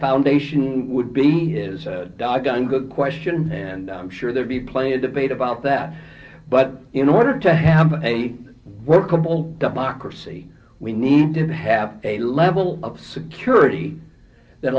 foundation would be his gun good question and i'm sure there'd be a player debate about that but in order to have a workable democracy we need to have a level of security that